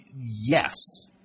yes